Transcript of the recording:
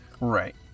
right